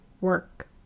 work